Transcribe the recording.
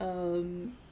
um